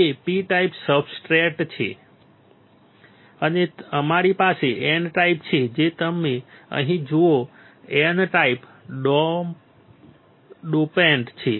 તે P type substrate છે અને પછી અમારી પાસે N ટાઇપ છે જે તમે અહીં જુઓ N ટાઇપ ડોપન્ટ છે